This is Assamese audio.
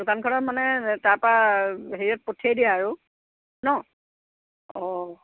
দোকানখনত মানে তাৰপা হেৰিয়ত পঠিয়াই দিয়া আৰু ন অঁ